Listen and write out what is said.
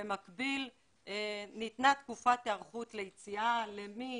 במקביל, ניתנה תקופת הערכות ליציאה למי